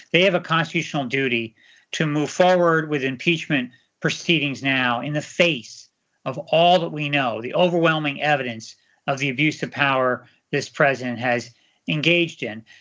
they have a constitutional duty to move forward with impeachment proceedings now in the face of all that we know, the overwhelming evidence of the abuse of power this president has engaged in.